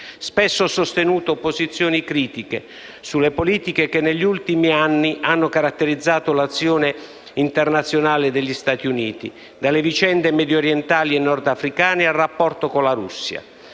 Spesso ho sostenuto posizioni critiche sulle politiche che negli ultimi anni hanno caratterizzato l'azione internazionale degli Stati Uniti, dalle vicende mediorientali e nordafricane al rapporto con la Russia.